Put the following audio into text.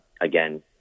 again